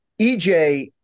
EJ